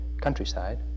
countryside